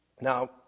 now